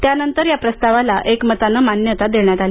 त्यानंतर या प्रस्तावाला एकमताने मान्यता देण्यात आली